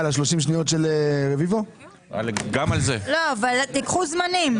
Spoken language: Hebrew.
קחו זמנים.